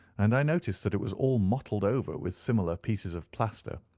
and i noticed that it was all mottled over with similar pieces of plaster,